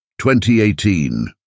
2018